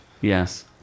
Yes